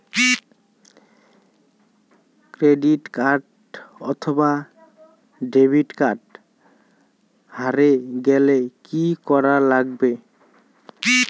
Credit card অথবা debit card হারে গেলে কি করা লাগবে?